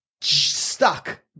stuck